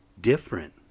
different